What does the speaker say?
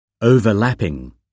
Overlapping